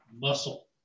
muscle